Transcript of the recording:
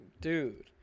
dude